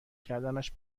کردنش